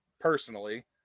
personally